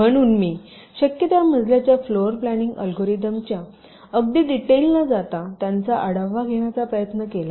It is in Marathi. म्हणून मी शक्य त्या मजल्याच्या फ्लोर प्लॅनिंग अल्गोरिदम च्या अगदी डिटेल न जाता त्यांचा आढावा घेण्याचा प्रयत्न केला